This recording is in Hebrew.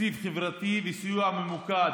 תקציב חברתי וסיוע ממוקד,